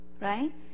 right